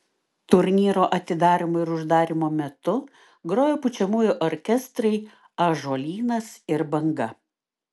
turnyro atidarymo ir uždarymo metu grojo pučiamųjų orkestrai ąžuolynas ir banga